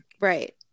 right